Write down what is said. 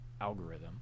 algorithm